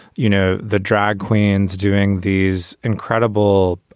you know, the drag queens doing these. incredible.